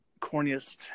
corniest